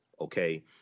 okay